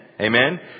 Amen